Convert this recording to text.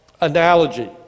analogy